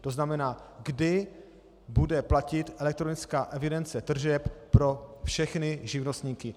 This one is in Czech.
To znamená, kdy bude platit elektronická evidence tržeb pro všechny živnostníky?